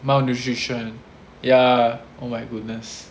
malnutrition ya oh my goodness